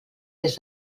des